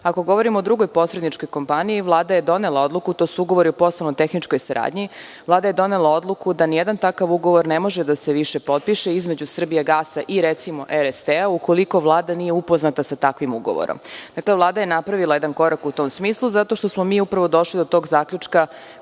govorimo o drugoj posredničkoj kompaniji, Vlada je donela odluku, to su ugovori o poslovno-tehničkoj saradnji, da nijedan takav ugovor ne može više da se potpiše između „Srbijagasa“ i RST ukoliko Vlada nije upoznata sa takvim ugovorom. Vlada je napravila jedan korak u tom smislu, zato što smo mi došli do tog zaključka,